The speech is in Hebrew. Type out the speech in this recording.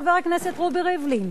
חבר הכנסת רובי ריבלין.